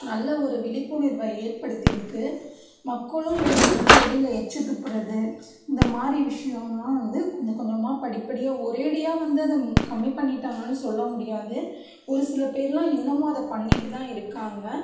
நல்ல ஒரு விழிப்புணர்வை ஏற்படுத்திருக்கு மக்களும் இப்போ வந்து வெளியில எச்சி துப்புறது இந்த மாரி விஷயோம்லா வந்து கொஞ்ச கொஞ்சமாக படிப்படியாக ஒரேடியாக வந்து அதை கம்மி பண்ணிவிட்டாங்கன்னு சொல்ல முடியாது ஒரு சில பேர்லாம் இன்னமும் அதை பண்ணிகிட்டு தான் இருக்காங்க